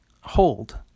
hold